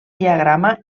diagrama